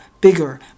bigger